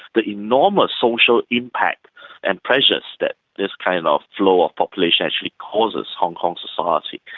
the enormous social impact and pressures that this kind of flow of population actually causes hong kong society.